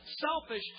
selfish